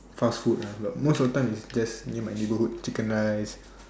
fast food ah but most of the time is just in my neighbourhood chicken rice